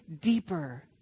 deeper